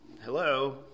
hello